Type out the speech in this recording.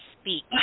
speak